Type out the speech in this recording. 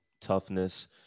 toughness